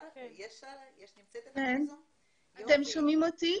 שבע שנים בלי שפה.